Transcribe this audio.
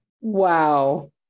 Wow